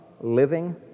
living